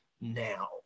now